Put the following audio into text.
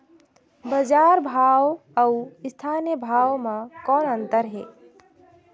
बजार भाव अउ स्थानीय भाव म कौन अन्तर हे?